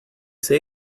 say